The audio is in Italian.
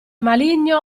maligno